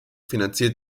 finanzierte